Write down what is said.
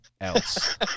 else